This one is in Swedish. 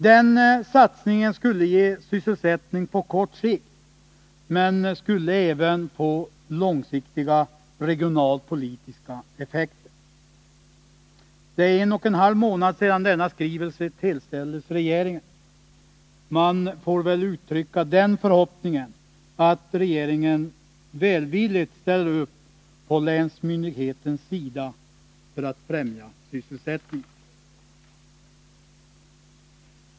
Den satsningen skulle ge sysselsättning på kort sikt, men den skulle även få långsiktiga regionalpolitiska effekter. Det är en och en halv månad sedan denna skrivelse tillställdes regeringen. Man får väl uttrycka den förhoppningen att regeringen välvilligt ställer upp på länsmyndighetens sida för att främja sysselsättningen.